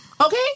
Okay